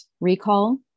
recall